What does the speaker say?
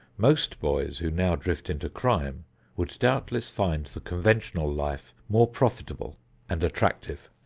most boys who now drift into crime would doubtless find the conventional life more profitable and attractive.